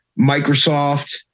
Microsoft